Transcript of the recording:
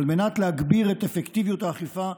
על מנת להגביר את אפקטיביות האכיפה,